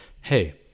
Hey